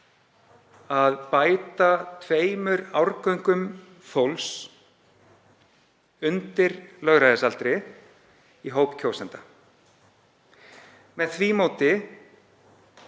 að bæta tveimur árgöngum fólks undir lögræðisaldri í hóp kjósenda. Með því móti